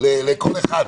לכל אחד.